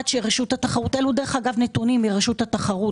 אלו אגב נתונים מרשות התחרות,